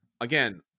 Again